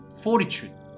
fortitude